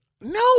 no